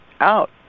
out